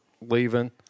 leaving